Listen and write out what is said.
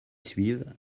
suivent